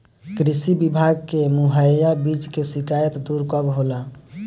कृषि विभाग से मुहैया बीज के शिकायत दुर कब होला?